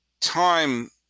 time